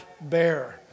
bear